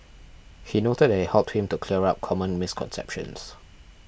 he noted that it helped him to clear up common misconceptions